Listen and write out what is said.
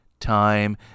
time